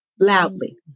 loudly